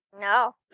No